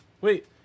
Wait